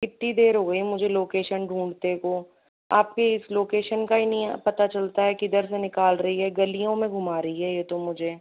कितनी देर हो गई है मुझे लोकेशन ढूंढ़ते को आपकी इस लोकेशन का ही नहीं पता चलता किधर से निकाल रही है गलियों में घूमा रही है यह तो मुझे